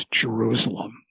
Jerusalem